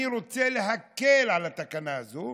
אני רוצה להקל את התקנה הזאת,